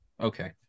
Okay